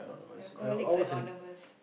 alcoholic is anonymous